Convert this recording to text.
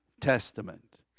Testament